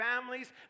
families